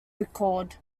recalled